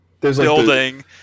building